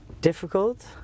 difficult